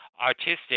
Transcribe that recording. artistic